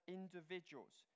individuals